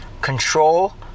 control